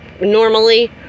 normally